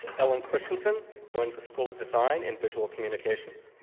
ellen christensen joins the school of design and visual communications.